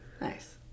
Nice